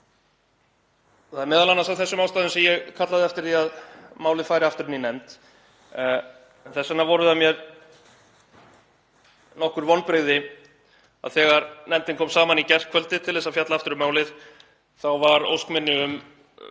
Það er m.a. af þessum ástæðum sem ég kallaði eftir því að málið færi aftur inn í nefnd. Þess vegna voru það mér nokkur vonbrigði að þegar nefndin kom saman í gærkvöldi til að fjalla aftur um málið var ósk minni um